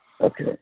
Okay